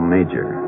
Major